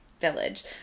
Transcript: village